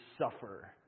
suffer